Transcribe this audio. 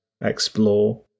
explore